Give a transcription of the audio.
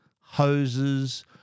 hoses